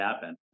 happen